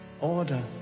order